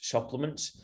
Supplements